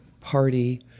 party